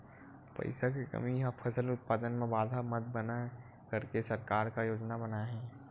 पईसा के कमी हा फसल उत्पादन मा बाधा मत बनाए करके सरकार का योजना बनाए हे?